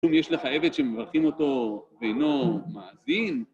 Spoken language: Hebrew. כלום יש לך עבד שמברכים אותו ואינו מאזין?